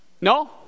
no